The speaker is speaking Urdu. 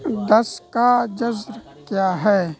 دس کا جذر کیا ہے